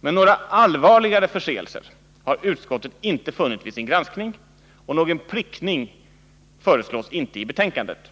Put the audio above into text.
Några allvarligare förseelser har utskottet inte funnit vid sin granskning, och någon prickning föreslås inte i betänkandet.